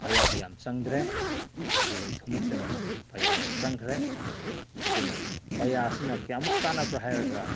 ꯄꯩꯌꯥꯗꯨ ꯌꯥꯝ ꯆꯪꯗ꯭ꯔꯦ ꯑꯗꯨꯒ ꯊꯨꯝꯃꯣꯛꯇꯨꯅ ꯄꯩꯌꯥ ꯌꯥꯝ ꯆꯪꯈ꯭ꯔꯦ ꯑꯗꯨꯅ ꯄꯩꯌꯥꯁꯤꯅ ꯀꯌꯥꯃꯨꯛ ꯀꯥꯟꯅꯕ꯭ꯔꯥ ꯍꯥꯏꯔꯒ